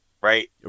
right